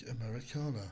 americana